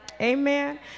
Amen